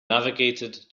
navigated